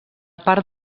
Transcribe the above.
part